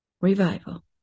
Revival